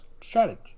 strategy